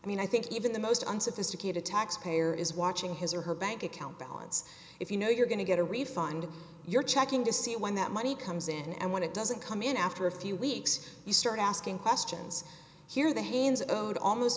i mean i think even the most unsophisticated taxpayer is watching his or her bank account balance if you know you're going to get a refund you're checking to see when that money comes in and when it doesn't come in after a few weeks you start asking questions here the hands of god almost